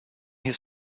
his